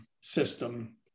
system